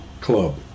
club